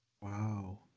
Wow